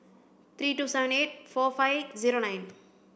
three two seven eight four five zero nine